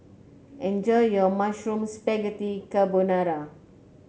enjoy your Mushroom Spaghetti Carbonara